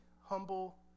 humble